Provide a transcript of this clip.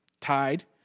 tied